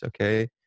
okay